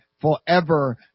forever